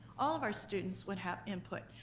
all of our students would have input,